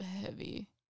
heavy